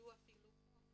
שתציעו אפילו חוק